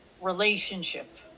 relationship